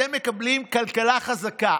אתם מקבלים כלכלה חזקה.